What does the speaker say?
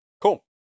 Cool